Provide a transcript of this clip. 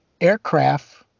aircraft